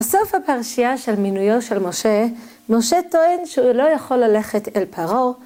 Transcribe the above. בסוף הפרשייה של מינויו של משה, משה טוען שהוא לא יכול ללכת אל פרעה.